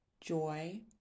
joy